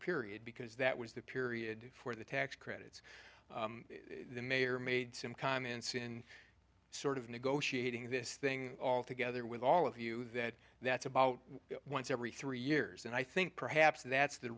period because that was the period for the tax credits the mayor made some comments in sort of negotiating this thing all together with all of you that that's about once every three years and i think perhaps that's the